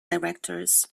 directors